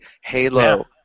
Halo